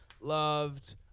loved